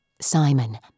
Simon